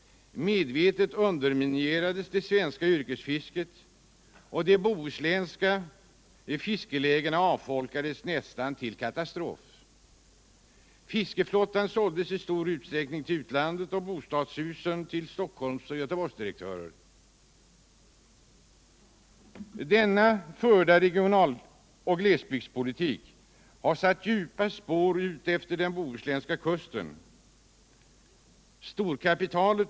Medvetet underminerades det svenska yrkesfisket, och de bohuslänska fiskelägena avfolkades nästan intill katastrof. Fiskeflottan såldes i stor utsträckning till utlandet och bostadshusen tili Stockholms och Göteborgsdirektörer. Denna regional och glesbygdspolitik har satt djupa spår utefter den bohuslänska kusten. Storkapitalet.